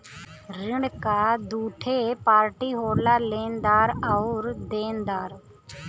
ऋण क दूठे पार्टी होला लेनदार आउर देनदार